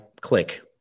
Click